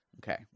Okay